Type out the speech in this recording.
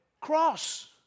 cross